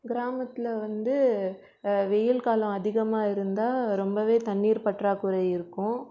கிராமத்தில் வந்து வெயில் காலம் அதிகமாக இருந்தால் ரொம்பவே தண்ணீர் பற்றாக்குறை இருக்கும்